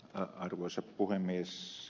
arvoisa puhemies